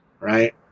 right